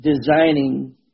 designing